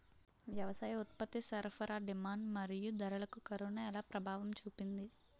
వ్యవసాయ ఉత్పత్తి సరఫరా డిమాండ్ మరియు ధరలకు కరోనా ఎలా ప్రభావం చూపింది